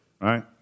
Right